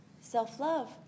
Self-love